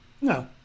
No